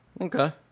Okay